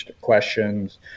questions